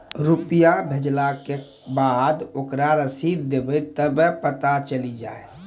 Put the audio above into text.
रुपिया भेजाला के खराब ओकरा रसीद देबे तबे कब ते चली जा?